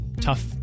tough